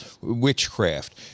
witchcraft